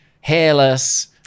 hairless